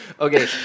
Okay